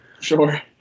Sure